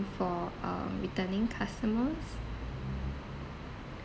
for uh returning customers